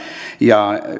ja